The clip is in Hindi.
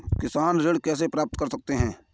किसान ऋण कैसे प्राप्त कर सकते हैं?